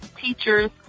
teachers